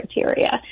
criteria